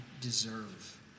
deserve